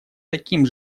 таким